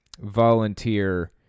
volunteer